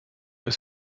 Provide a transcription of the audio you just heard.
ist